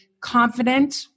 confident